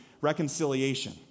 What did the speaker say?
reconciliation